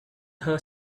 her